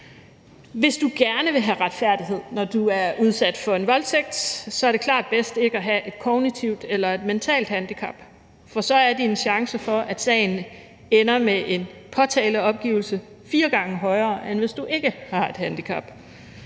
Hvis du gerne vil have retfærdighed, når du har været udsat for en voldtægt, er det klart bedst ikke at have et kognitivt eller et mentalt handicap, for så er risikoen for, at sagen ender med en påtaleopgivelse, fire gange højere, end hvis du ikke har et handicap.